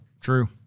True